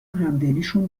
همدلیشون